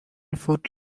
foot